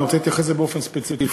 אני רוצה להתייחס לזה באופן ספציפי.